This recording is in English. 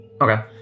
Okay